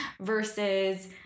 versus